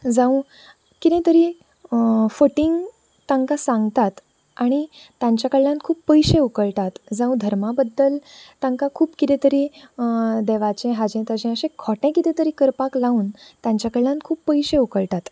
जावं कितें तरी फटींग तांकां सांगतात आनी ताच्या कडल्यान खूब पयशे उकळटात जावं धर्मा बद्दल तांकां खूब कितें तरी देवाचें हाचें ताचें खोटें कितें तरी करपाक लावून तांच्या कडल्यान खूब पयशे उकळटात